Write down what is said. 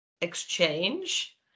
exchange